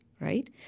right